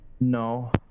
No